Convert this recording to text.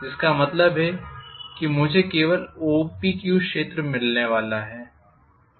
जिसका मतलब है कि मुझे केवल OPQ क्षेत्र मिलने वाला है